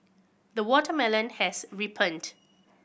the watermelon has ripened